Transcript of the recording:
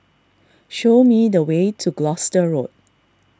show me the way to Gloucester Road